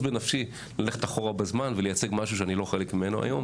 בנפשי ללכת אחורה בזמן ולייצג משהו שאני לא חלק ממנו היום.